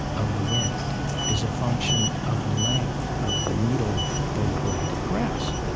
of the wind is a function of the length of the needle or the blade of grass.